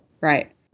right